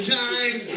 time